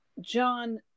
John